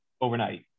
overnight